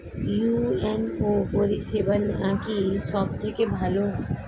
UNO পরিসেবা নাকি সব থেকে ভালো?